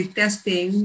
testing